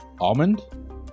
almond